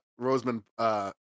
Roseman